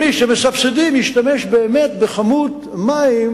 מי שמסבסדים ישתמש באמת בכמות מים